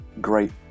great